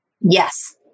Yes